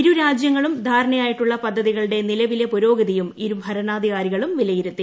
ഇരു രാജൃങ്ങളും ധാരണയായിട്ടുള്ള പദ്ധതികളുടെ നിലവിലെ പുരോഗതിയും ഇരു ഭരണാധികാരികളും വിലയിരുത്തി